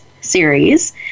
Series